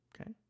Okay